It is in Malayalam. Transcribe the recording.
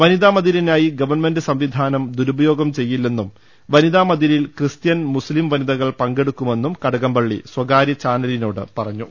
വനിതാ മതിലിനായി ഗവൺമെന്റ് സംവിധാനം ദുരുപയോഗം ചെയ്യില്ലെന്നും വനിതാമതിലിൽ ക്രിസ്ത്യൻ മുസ്തിം വനിതകൾ പങ്കെടുക്കുമെന്നും കടകംപള്ളി സ്വകാര്യ ചാനലിനോട് പറഞ്ഞു